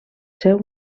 seu